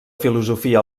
filosofia